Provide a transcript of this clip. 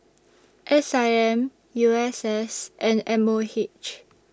S I M U S S and M O H